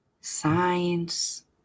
science